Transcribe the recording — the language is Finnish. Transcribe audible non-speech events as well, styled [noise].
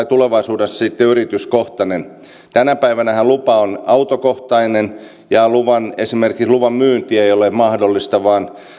[unintelligible] tulevaisuudessa sitten yrityskohtainen tänä päivänähän lupa on autokohtainen ja esimerkiksi luvan myynti ei ole mahdollista vaan